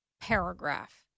paragraph